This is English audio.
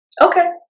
Okay